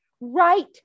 right